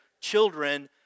children